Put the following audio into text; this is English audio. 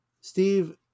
Steve